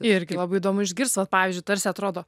irgi labai įdomu išgirst vay pavyzdžiui tarsi atrodo